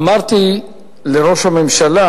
אמרתי לראש הממשלה